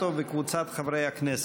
חברי הכנסת,